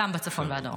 גם בצפון ובדרום.